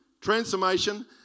transformation